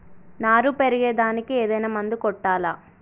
నారు పెరిగే దానికి ఏదైనా మందు కొట్టాలా?